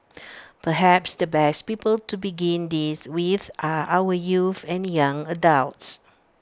perhaps the best people to begin this with are our youths and young adults